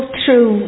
true